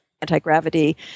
anti-gravity